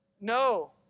No